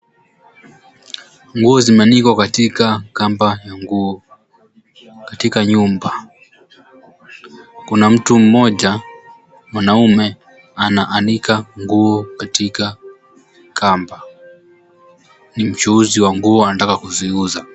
Nguo zimeanikwa katika kamba ya nguo katika nyumba. Kuna mtu mmoja mwanaume anaanika nguo katika kamba. Ni mchuuzi wa nguo anataka kuziuza.